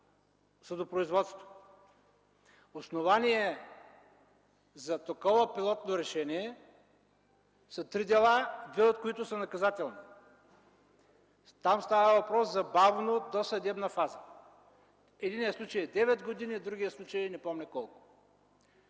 съдопроизводство. Основание за такова пилотно решение са три дела, две от които са наказателни. Там става въпрос за бавна досъдебна фаза – в единия случай 9 години, а в другия случай – не помня колко.